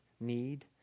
need